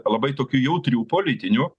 labai tokių jautrių politinių